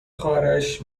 خواهرش